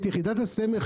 את יחידת הסמך,